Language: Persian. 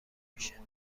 میشه